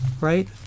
right